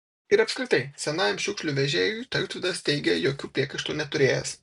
ir apskritai senajam šiukšlių vežėjui tautvydas teigė jokių priekaištų neturėjęs